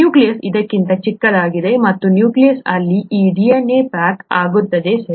nucleus ಅದಕ್ಕಿಂತ ಚಿಕ್ಕದಾಗಿದೆ ಮತ್ತು ನ್ಯೂಕ್ಲಿಯಸ್ ಅಲ್ಲಿ ಈ DNA ಪ್ಯಾಕ್ ಆಗುತ್ತದೆ ಸರಿ